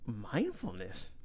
mindfulness